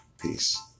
Peace